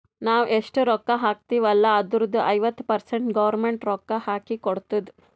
ನಾವ್ ಎಷ್ಟ ರೊಕ್ಕಾ ಹಾಕ್ತಿವ್ ಅಲ್ಲ ಅದುರ್ದು ಐವತ್ತ ಪರ್ಸೆಂಟ್ ಗೌರ್ಮೆಂಟ್ ರೊಕ್ಕಾ ಹಾಕಿ ಕೊಡ್ತುದ್